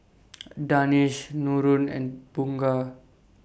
Danish Nurin and Bunga